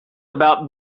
about